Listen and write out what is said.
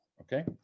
Okay